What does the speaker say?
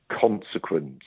consequence